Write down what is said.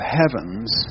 heavens